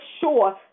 sure